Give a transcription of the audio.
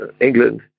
England